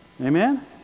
Amen